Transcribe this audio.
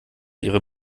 ihrer